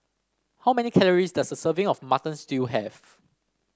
how many calories does a serving of Mutton Stew have